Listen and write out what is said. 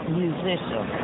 musician